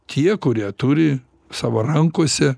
tie kurie turi savo rankose